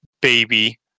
baby